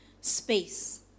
space